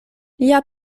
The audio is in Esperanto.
lia